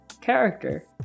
character